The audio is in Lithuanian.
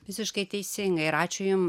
visiškai teisingai ir ačiū jums